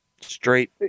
straight